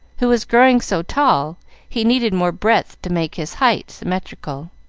who was growing so tall he needed more breadth to make his height symmetrical.